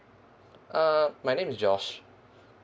uh my name is josh